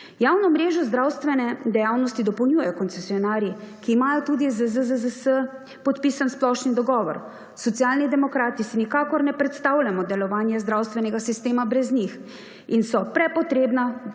Javno mrežo zdravstvene dejavnosti dopolnjujejo koncesionarji, ki imajo z ZZZS podpisan splošni dogovor. Socialni demokrati si nikakor ne predstavljamo delovanja zdravstvenega sistema brez njih in so prepotrebna